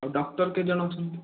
ଆଉ ଡକ୍ଟର କେତେଜଣ ଅଛନ୍ତି